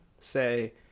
say